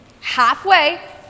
halfway